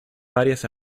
varias